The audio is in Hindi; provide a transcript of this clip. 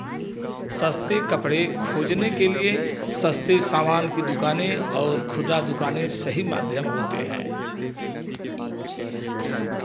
सस्ते कपड़े खोजने के लिए सस्ते सामान की दुकानें और खुदरा दुकानें सही माध्यम होते हैं